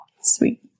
Sweet